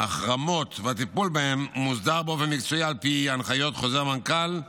החרמות והטיפול בהם מוסדר באופן מקצועי על פי הנחיות חוזר מנכ"ל,